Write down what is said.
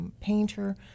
painter